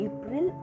April